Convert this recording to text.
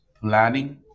planning